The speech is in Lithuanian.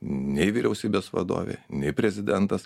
nei vyriausybės vadovė nei prezidentas